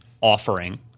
offering